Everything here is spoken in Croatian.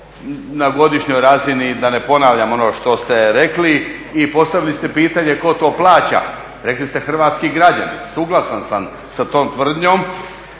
na godišnjoj razini, da ne ponavljam ono što ste rekli i postavili ste pitanje tko to plaća, rekli ste hrvatski građani. Suglasan sam sa tom tvrdnjom,